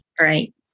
Right